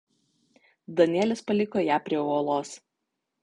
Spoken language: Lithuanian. danielis paliko ją prie uolos